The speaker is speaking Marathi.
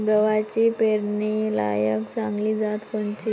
गव्हाची पेरनीलायक चांगली जात कोनची?